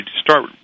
start